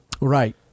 Right